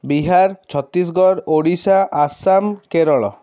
Bihar Chhattisgarh Odisha Assam Kerala